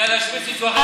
התחילה להשמיץ את כחלון.